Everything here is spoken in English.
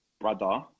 Brother